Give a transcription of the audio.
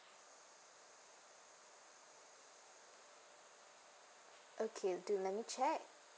okay do let me check